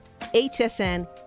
hsn